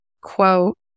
quote